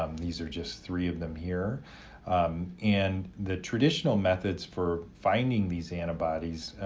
um these are just three of them here and the traditional methods for finding these antibodies,